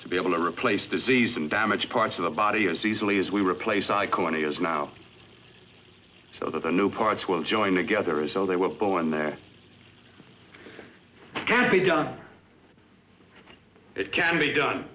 to be able to replace disease and damage parts of the body as easily as we replace i colonias now so that the new parts will join together as though they were born there can be done it can be done